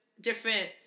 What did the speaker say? different